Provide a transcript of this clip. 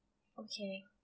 okay